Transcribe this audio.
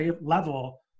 level